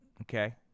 okay